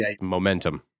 Momentum